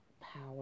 power